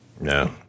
No